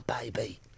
baby